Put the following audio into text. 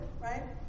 right